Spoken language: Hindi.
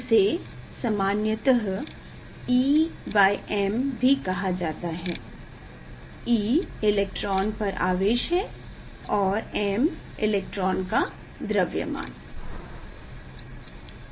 इसे सामान्यतः em भी कहा जाता है e इलेक्ट्रॉन पर आवेश है और m इलेक्ट्रॉन का द्रव्यमान